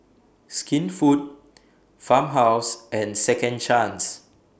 Skinfood Farmhouse and Second Chance